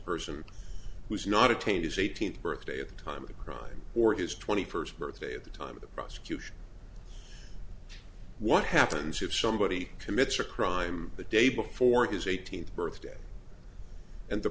person who is not attained his eighteenth birthday at the time of a crime or his twenty first birthday at the time of the prosecution what happens if somebody commits a crime the day before his eighteenth birthday and the